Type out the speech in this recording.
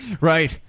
Right